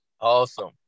Awesome